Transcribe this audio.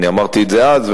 אמרתי את זה אז,